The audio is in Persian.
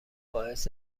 باعث